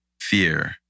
fear